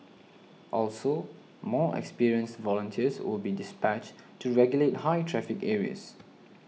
also more experienced volunteers will be dispatched to regulate high traffic areas